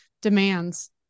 demands